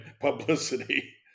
publicity